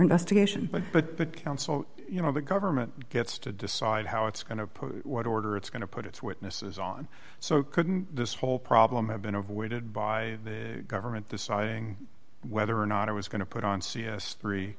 counsel you know the government gets to decide how it's going to put what order it's going to put its witnesses on so couldn't this whole problem have been avoided by the government deciding whether or not it was going to put on c s three